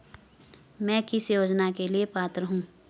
मैं किस योजना के लिए पात्र हूँ?